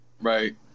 Right